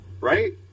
Right